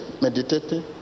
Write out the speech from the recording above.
meditating